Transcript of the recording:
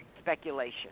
Speculation